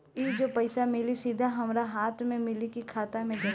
ई जो पइसा मिली सीधा हमरा हाथ में मिली कि खाता में जाई?